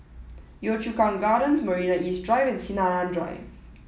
Yio Chu Kang Gardens Marina East Drive and Sinaran Drive